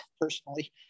personally